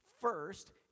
First